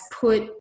put